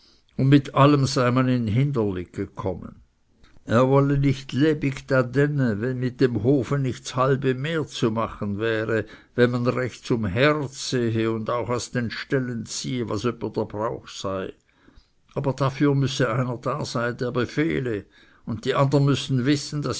und mit allem sei man in hinderlig gekommen er wolle nicht lebig dadänne wenn mit dem hof nicht ds halbe mehr zu machen wäre wenn man recht zum herd sehe und auch aus den ställen ziehe was öppe der brauch sei aber dafür müsse einer da sein der befehle und die andern müßten wissen